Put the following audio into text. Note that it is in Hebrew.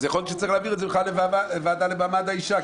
אז יכול להיות שצריך להעביר את זה בכלל לוועדה למעמד האישה,